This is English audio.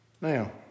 Now